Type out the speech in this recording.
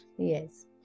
Yes